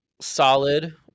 solid